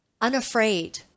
unafraid